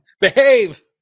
Behave